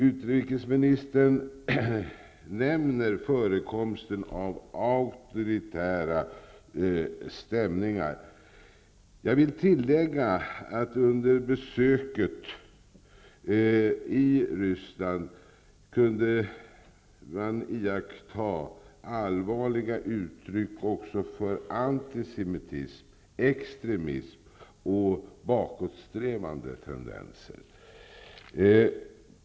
Utrikesministern nämner förekomsten av auktoritära stämningar. Jag vill tillägga att under besöket i Ryssland kunde man iaktta allvarliga uttryck för antisemitism, extremism och bakåtsträvande tendenser.